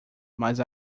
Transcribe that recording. mas